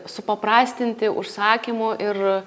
supaprastinti užsakymų ir